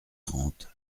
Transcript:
trente